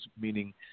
meaning